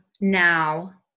now